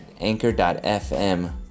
anchor.fm